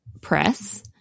press